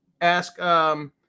Ask